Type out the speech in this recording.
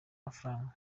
mafaranga